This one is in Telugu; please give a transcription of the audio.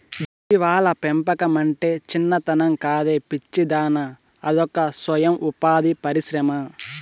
జీవాల పెంపకమంటే చిన్నతనం కాదే పిచ్చిదానా అదొక సొయం ఉపాధి పరిశ్రమ